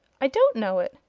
i don't know it.